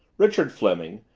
richard fleming,